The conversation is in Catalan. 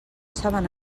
saben